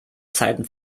zeiten